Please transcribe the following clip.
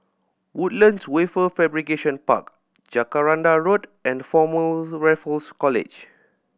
Woodlands Wafer Fabrication Park Jacaranda Road and Former Raffles College